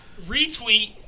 retweet